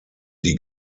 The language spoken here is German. die